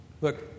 Look